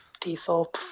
Diesel